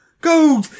Go